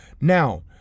Now